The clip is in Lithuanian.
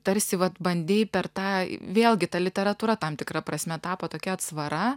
tarsi vat bandei per tą vėlgi ta literatūra tam tikra prasme tapo tokia atsvara